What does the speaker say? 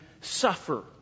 suffer